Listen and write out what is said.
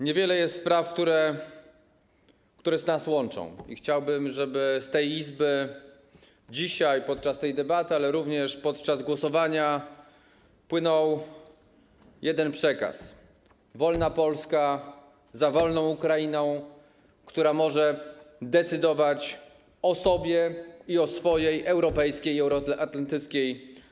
Niewiele jest spraw, które nas łączą, i chciałbym, żeby z tej Izby płynął dzisiaj podczas tej debaty, ale również podczas głosowania jeden przekaz: wolna Polska za wolną Ukrainą, która może decydować o sobie i o swojej europejskiej i euroatlantyckiej przyszłości.